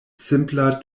simpla